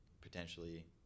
potentially